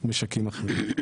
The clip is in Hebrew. משקים אחרים.